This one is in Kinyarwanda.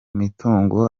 mitungo